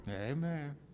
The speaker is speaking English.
Amen